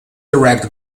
direct